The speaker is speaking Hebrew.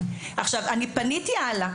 אני פניתי הלאה.